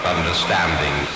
Understanding